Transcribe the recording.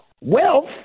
wealth